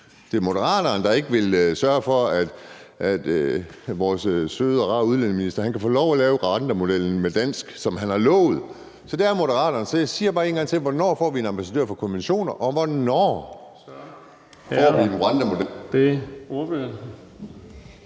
Det er Moderaterne, der ikke vil sørge for, at vores søde og rare udlændingeminister kan få lov til at lave en dansk rwandamodel, som han har lovet. Det er på grund af Moderaterne. Så jeg spørger bare en gang til: Hvornår får vi en ambassadør for konventionerne, og hvornår får vi en rwandamodel?